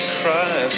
cry